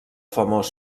famós